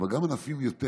אבל גם ענפים נוספים.